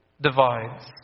divides